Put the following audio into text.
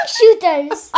shooters